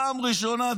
בפעם הראשונה,